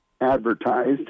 advertised